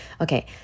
Okay